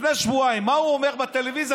מה הוא אומר בטלוויזיה?